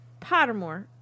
Pottermore